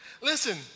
Listen